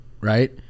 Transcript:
Right